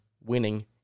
winning